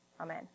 Amen